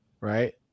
right